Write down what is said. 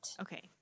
okay